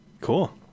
Cool